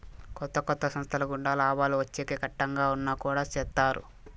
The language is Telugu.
కొత్త కొత్త సంస్థల గుండా లాభాలు వచ్చేకి కట్టంగా ఉన్నా కుడా చేత్తారు